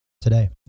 today